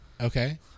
Okay